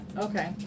okay